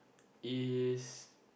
is